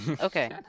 Okay